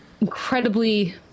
incredibly